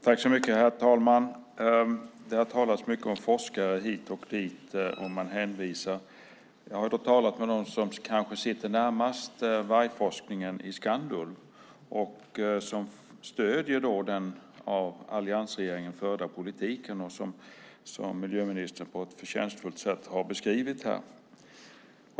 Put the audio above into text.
Herr talman! Det har talats mycket om forskare hit och dit och hänvisats till dem. Jag har talat med dem som kanske sitter närmast vargforskningen, de vid Skandulv. De stöder den av alliansregeringen förda politiken som miljöministern på ett förtjänstfullt sätt har beskrivit.